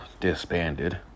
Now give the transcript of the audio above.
disbanded